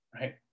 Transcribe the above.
right